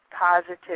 positive